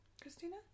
Christina